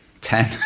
Ten